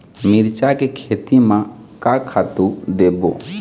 मिरचा के खेती म का खातू देबो?